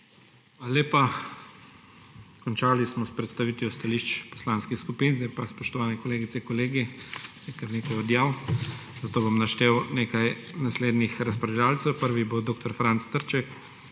lepa. Končali smo s predstavitvijo stališč poslanskih skupin. Zdaj pa, spoštovane kolegice, kolegi, je kar nekaj odjav, zato bom naštel nekaj naslednjih razpravljavcev. Prvi bo dr. Franc Trček,